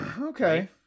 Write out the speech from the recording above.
okay